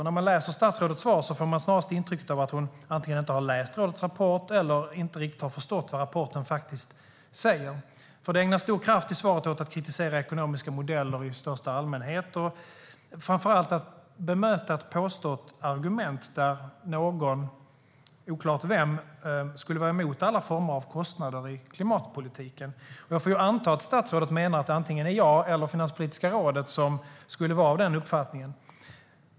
När man läser statsrådets svar får man snarast intrycket att hon antingen inte har läst rådets rapport eller inte riktigt har förstått vad rapporten faktiskt säger. Det ägnas stor kraft i svaret åt att kritisera ekonomiska modeller i största allmänhet men framför allt åt att bemöta ett påstått argument, där någon - oklart vem - skulle vara emot alla former av kostnader i klimatpolitiken. Jag får anta att statsrådet menar att antingen jag eller Finanspolitiska rådet skulle vara av den uppfattningen.